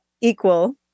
Equal